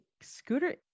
scooter